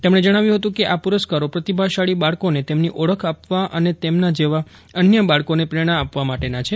તેમણે જણાવ્યું હતું કે આ પુરસ્કારો પ્રતિભાશાળી બાળકોને તેમની ઓળખ આપવા અને તેમના જેવા અન્ય બાળકોને પ્રેરણા આપવા માટેનાં છે